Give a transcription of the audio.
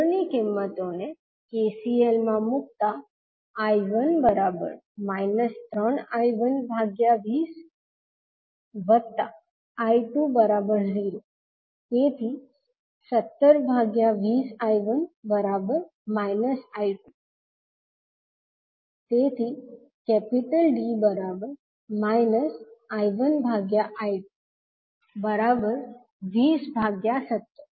ઉપર ની કિંમતો ને KCL માં મુકતા I1 3I120I20⇒1720I1 I2 તેથી D I1I220171